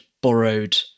borrowed